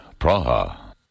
Praha